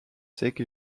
secs